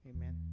Amen